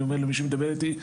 אני אומר למי שמדבר איתי,